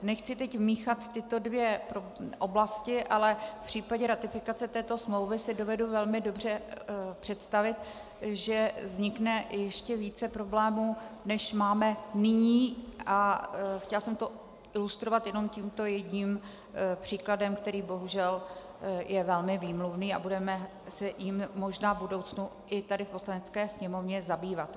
Nechci teď míchat tyto dvě oblasti, ale v případě ratifikace této smlouvy si dovedu velmi dobře představit, že vznikne ještě více problémů, než máme nyní, a chtěla jsem to ilustrovat jenom tímto jedním příkladem, který bohužel je velmi výmluvný, a budeme se jím možná v budoucnu i tady v Poslanecké sněmovně zabývat.